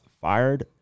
fired